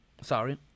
sorry